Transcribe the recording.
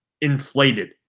inflated